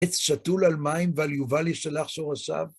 עץ שתול על מים ועל יובל ישלח שורשיו